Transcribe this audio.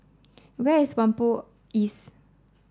where is Whampoa East